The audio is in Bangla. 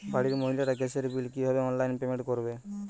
বাড়ির মহিলারা গ্যাসের বিল কি ভাবে অনলাইন পেমেন্ট করবে?